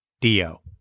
Dio